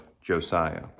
Josiah